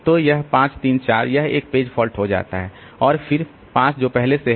तो यह 5 3 4 यह एक पेज फॉल्ट हो जाता है और फिर 5 जो पहले से है